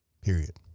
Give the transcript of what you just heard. period